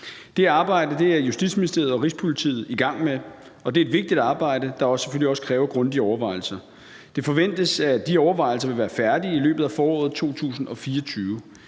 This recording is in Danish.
Det arbejde er Justitsministeriet og Rigspolitiet i gang med, og det er et vigtigt arbejde, der selvfølgelig også kræver grundige overvejelser. Det forventes, at man vil være færdig med de overvejelser i løbet af foråret 2024.